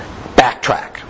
backtrack